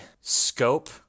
scope